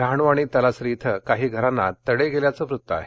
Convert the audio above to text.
डहाणू आणि तलासरी इथं काही घरांना तडे गेल्याचं वृत्त आहे